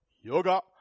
Yoga